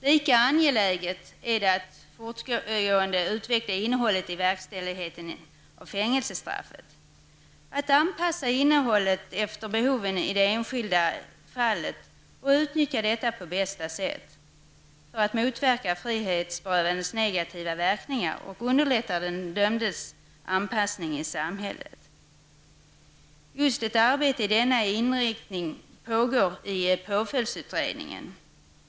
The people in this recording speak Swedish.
Lika angeläget är det att fortgående utveckla innehållet i verkställigheten av fängelsestraffet, att anpassa innehållet efter behoven i det enskilda fallet och att utnyttja detta på bästa sätt för att motverka frihetsberövandenas negativa verkningar och underlätta den dömdes anpassning i samhället. Ett arbete i just denna riktning pågår i påföljdsutredningen.